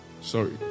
Sorry